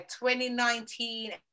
2019